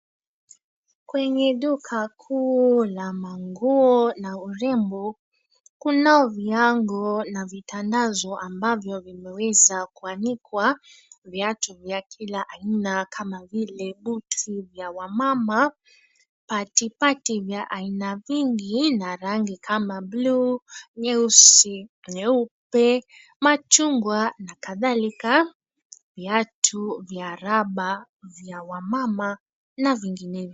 Kwenye duka kuu la manguo na urembo kunao viango na vitandazo ambavyo vimeweza kuanikwa viatu vya kila aina kama vile boots vya wamama, patipati vya aina vingi na rangi kama buluu, nyeusi, nyeupe, machungwa na kadhalika. Viatu vya rubber vya wamama na vinginevyo.